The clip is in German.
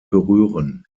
berühren